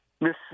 miss